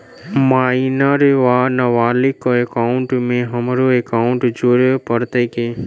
Minor वा नबालिग केँ एकाउंटमे हमरो एकाउन्ट जोड़य पड़त की?